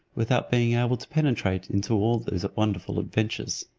without being able to penetrate into all those wonderful adventures.